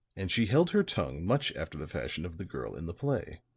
and she held her tongue much after the fashion of the girl in the play.